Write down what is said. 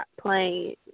playing